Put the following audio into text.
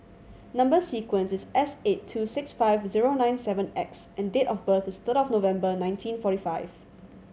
number sequence is S eight two six five zero nine seven X and date of birth is third of November nineteen forty five